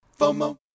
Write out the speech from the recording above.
FOMO